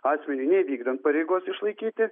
asmeniui nevykdant pareigos išlaikyti